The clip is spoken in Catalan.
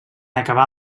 acabar